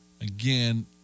Again